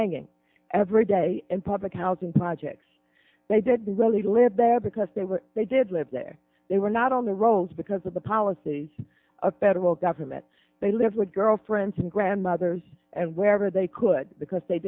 hanging every day in public housing projects they didn't really live there because they were they did live there they were not on the rolls because of the policies of federal government they lived with girlfriends and grandmothers and wherever they could because they